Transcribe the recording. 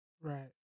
right